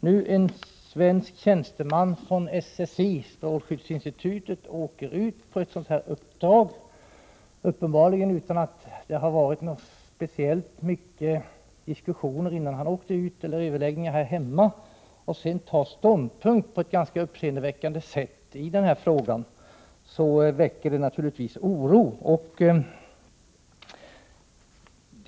en svensk tjänsteman från SSI, statens strålskyddsinstitut, åker ut på ett sådant här uppdrag, uppenbarligen utan att det dessförinnan har varit speciellt många diskussioner eller överläggningar här hemma, och sedan intar ståndpunkt på ett ganska uppseendeväckande sätt i den här frågan, väcker det naturligtvis oro.